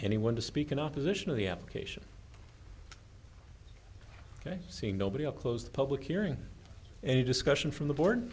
anyone to speak in opposition to the application ok seeing nobody up close the public hearing any discussion from the board